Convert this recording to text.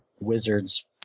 Wizards